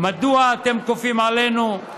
מדוע אתם כופים עלינו?